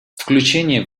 включение